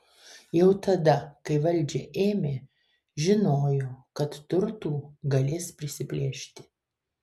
jau tada kai valdžią ėmė žinojo kad turtų galės prisiplėšti